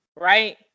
right